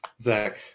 Zach